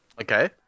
okay